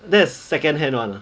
that's second hand [one] ah